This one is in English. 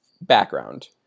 background